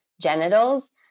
genitals